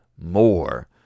more